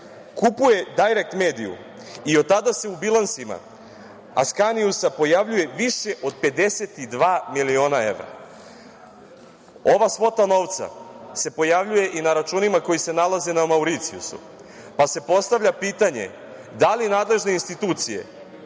kupuje „Dajrekt mediju“ i od tada se u bilansima „Askaniusa“ pojavljuje više od 52 miliona evra. Ova svota novca se pojavljuje i na računima koji se nalaze na Mauricijusu, pa se postavlja pitanje da li će nadležne institucije